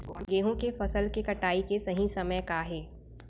गेहूँ के फसल के कटाई के सही समय का हे?